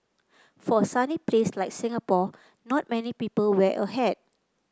for a sunny place like Singapore not many people wear a hat